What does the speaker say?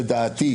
לדעתי,